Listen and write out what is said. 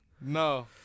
No